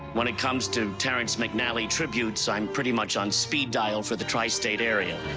when it comes to terrence mcnally tributes i'm pretty much on speed-dial for the tri-state area.